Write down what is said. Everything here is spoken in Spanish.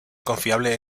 confiable